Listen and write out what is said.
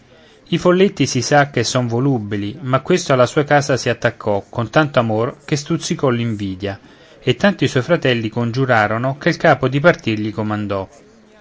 i folletti si sa che son volubili ma questo alla sua casa si attaccò con tanto amor che stuzzicò l'invidia e tanto i suoi fratelli congiurarono che il capo di partir gli comandò